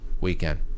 weekend